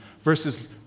versus